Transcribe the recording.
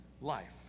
life